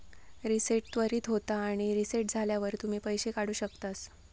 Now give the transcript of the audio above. reset त्वरीत होता आणि रीसेट झाल्यावर तुम्ही पैशे काढु शकतास